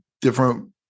different